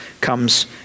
comes